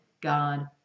God